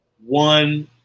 one